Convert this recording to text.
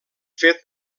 fet